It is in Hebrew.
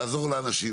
לעזור לאנשים.